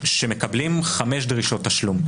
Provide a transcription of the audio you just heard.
שמקבלים חמש דרישות תשלום.